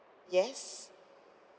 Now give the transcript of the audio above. yes